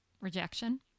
rejection